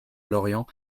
lorient